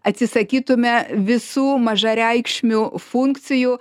atsisakytume visų mažareikšmių funkcijų